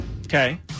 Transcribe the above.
Okay